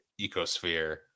ecosphere